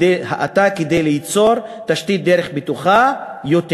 כדי ליצור תשתית דרך בטוחה יותר.